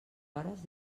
hores